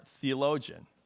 theologian